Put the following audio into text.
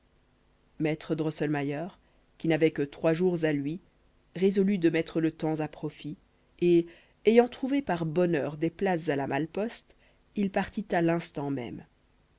maître drosselmayer qui n'avait que trois jours à lui résolut de mettre le temps à profit et ayant trouvé par bonheur des places à la malle-poste il partit à l'instant même